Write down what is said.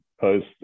Post